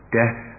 death